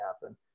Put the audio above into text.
happen